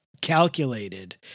calculated